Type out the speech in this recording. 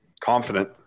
Confident